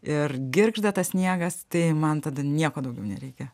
ir girgžda tas sniegas tai man tada nieko daugiau nereikia